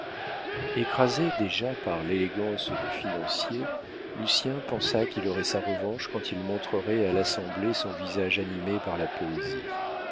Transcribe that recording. écrasé déjà par l'élégance du financier lucien pensa qu'il aurait sa revanche quand il montrerait à l'assemblée son visage animé par la poésie